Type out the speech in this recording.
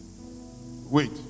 wait